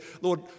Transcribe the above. Lord